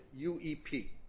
UEP